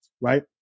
right